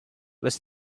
was